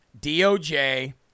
DOJ